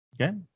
Okay